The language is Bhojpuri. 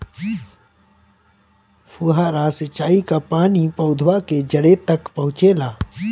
फुहारा सिंचाई का पानी पौधवा के जड़े तक पहुचे ला?